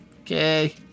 Okay